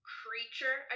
creature